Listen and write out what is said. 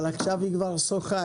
אבל עכשיו היא כבר שוחה.